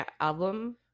album